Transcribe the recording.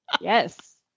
Yes